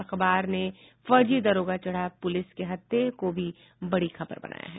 अखबार ने फर्जी दारोगा चढ़ा पुलिस के हत्थे को भी बड़ी खबर बनाया है